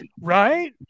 Right